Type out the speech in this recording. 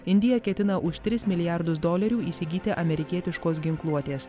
indija ketina už tris milijardus dolerių įsigyti amerikietiškos ginkluotės